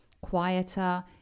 quieter